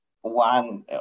one